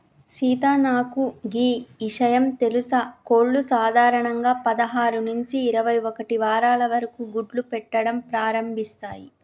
సీత నాకు గీ ఇషయం తెలుసా కోళ్లు సాధారణంగా పదహారు నుంచి ఇరవై ఒక్కటి వారాల వరకు గుడ్లు పెట్టడం ప్రారంభిస్తాయి